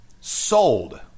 sold